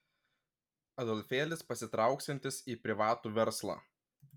adolfėlis pasitrauksiantis į privatų verslą